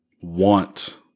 want